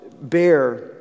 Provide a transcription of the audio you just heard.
bear